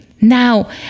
Now